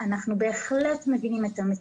אנחנו בהחלט מבינים את המציאות.